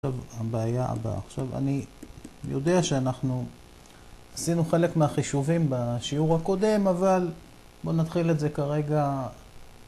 עכשיו הבעיה הבאה, עכשיו אני יודע שאנחנו עשינו חלק מהחישובים בשיעור הקודם אבל בואו נתחיל את זה כרגע